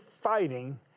fighting